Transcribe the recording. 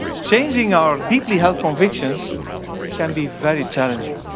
changing our deeply held convictions can be very challenging.